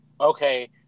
okay